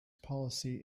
policy